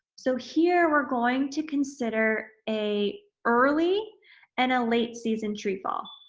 so, here we're going to consider a early and a late season tree fall.